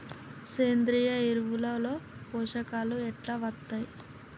సేంద్రీయ ఎరువుల లో పోషకాలు ఎట్లా వత్తయ్?